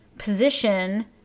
position